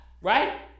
Right